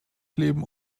kleben